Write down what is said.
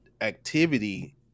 activity